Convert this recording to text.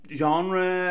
genre